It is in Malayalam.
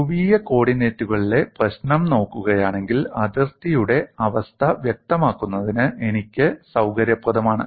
ധ്രുവീയ കോർഡിനേറ്റുകളിലെ പ്രശ്നം നോക്കുകയാണെങ്കിൽ അതിർത്തിയുടെ അവസ്ഥ വ്യക്തമാക്കുന്നത് എനിക്ക് സൌകര്യപ്രദമാണ്